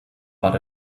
but